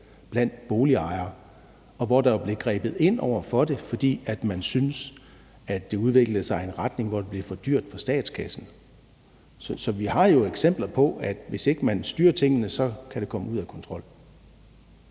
blandt boligejere, og hvor der jo blev grebet ind over for det, fordi man syntes, at det udviklede sig i en retning, hvor det blev for dyrt for statskassen. Så vi har jo eksempler på, at hvis ikke man styrer tingene, kan det komme ud af kontrol.